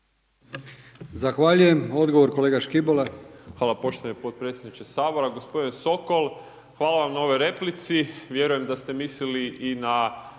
Hvala.